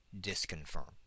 disconfirm